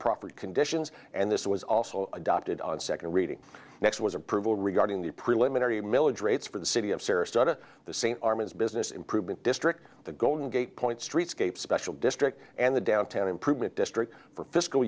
property conditions and this was also adopted on second reading next was approval regarding the preliminary milage rates for the city of sarasota the same armin's business improvement district the golden gate point streetscapes special district and the downtown improvement district for